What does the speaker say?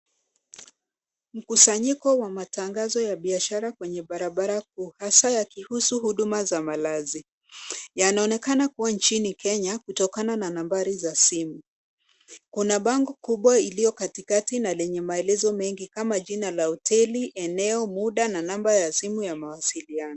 Mkusanyiko wa matangazo ya biashara kwenye barabara kuu, hasa yakihusu huduma za malazi. Yanaonekana kuwa nchini Kenya Kutokana na nambari za simu. Kuna bango kubwa iliyo katikati na lenye maelezo mengi kama jina la hoteli, eneo, muda na namba ya simu ya mawasiliano.